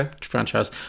franchise